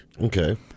Okay